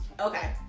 Okay